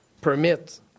permit